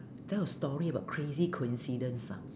tell a story about crazy coincidence ah